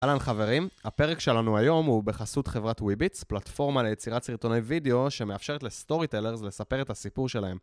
אהלן חברים, הפרק שלנו היום הוא בחסות חברת וויביץ, פלטפורמה ליצירת סרטוני וידאו שמאפשרת לסטוריטלר לספר את הסיפור שלהם